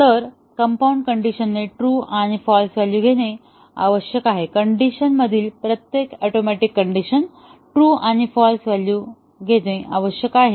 तर कंपाऊंड कंडिशनने ट्रू आणि फाल्स व्हॅल्यू घेणे आवश्यक आहे कंडिशनमधील प्रत्येक ऍटोमिक कण्डिशन ट्रू आणि फाल्स व्हॅल्यू घेणे आवश्यक आहे